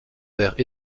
vers